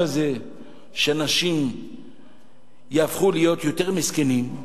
שאנשים יהפכו להיות יותר מסכנים,